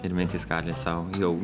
ir mintys gali sau jau